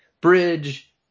bridge